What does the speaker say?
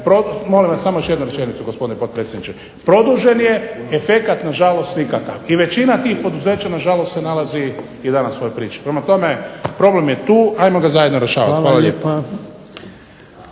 Molim vas, samo još jedna rečenica gospodine potpredsjedniče. Produžen je efekat na žalost nikakav, i većina tih poduzeća na žalost se nalazi i danas u ovoj priči. Prema tome problem je tu, ajmo ga zajedno rješavati. Hvala.